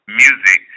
music